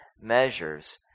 measures